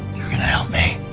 you're gonna help me?